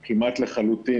התיירות המקומית כמעט לחלוטין.